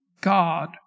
God